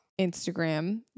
Instagram